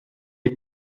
les